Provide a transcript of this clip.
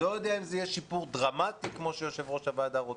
אני לא יודע אם זה יהיה שיפור דרמטי כמו שיושב ראש הוועדה רוצה.